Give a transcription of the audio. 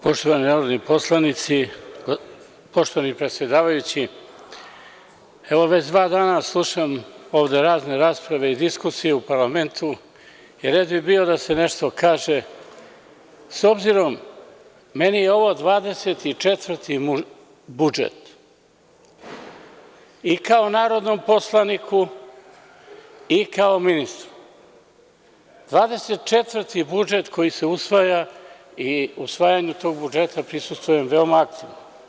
Poštovani narodni poslanici, poštovani predsedavajući, već dva dana slušam ovde razne rasprave i diskusije u parlamentu i red bi bio da se nešto kaže, s obzirom, meni je ovo 24 budžet, i kao narodnom poslaniku i kao ministru, 24 budžet koji se usvaja i u usvajanju tog budžeta prisustvuje veoma aktivno.